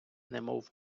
немов